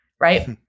right